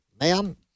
ma'am